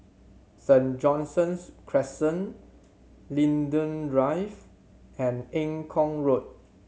Saint John's Crescent Linden Drive and Eng Kong Road